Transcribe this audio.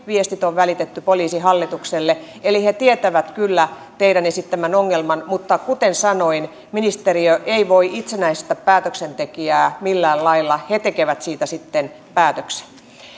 on välitetty poliisihallitukselle eli he tietävät kyllä teidän esittämänne ongelman mutta kuten sanoin ministeriö ei voi itsenäiseen päätöksentekijään millään lailla vaikuttaa vaan he tekevät siitä sitten